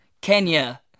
Kenya